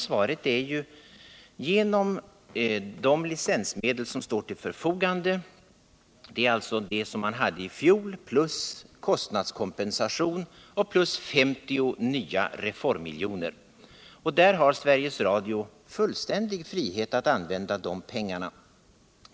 Svaret är: Genom de licensmedel som står till förfogande — alltså det belopp man hade i fjol plus kostnadskompensation plus 50 nya reformmiljoner. Sveriges Radio har fullständig frihet att använda de pengarna.